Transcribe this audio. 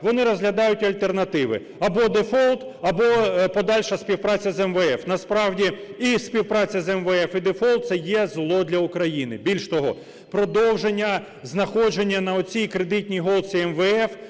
вони розглядають альтернативи: або дефолт, або подальша співпраця з МВФ. Насправді, і співпраця з МВФ, і дефолт - це є зло для України. Більше того, продовження знаходження на цій "кредитній голці" МВФ,